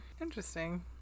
Interesting